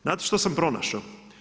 Znate što sam pronašao?